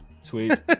Sweet